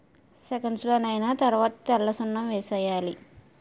సెక్కసున్నలైన తరవాత తెల్లసున్నం వేసేయాలి